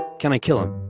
can i kill him